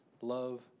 love